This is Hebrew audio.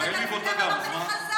הוא העליב גם אותה, אז מה?